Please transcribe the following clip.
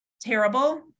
terrible